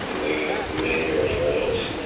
the the media or anyone else.